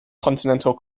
continental